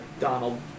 Donald